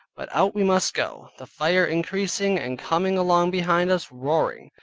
but out we must go, the fire increasing, and coming along behind us, roaring,